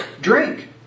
Drink